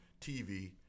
TV